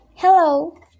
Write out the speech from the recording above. Hello